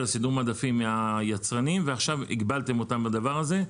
סידור המדפים מהיצרנים ועתה הגבלתם אותם בזה.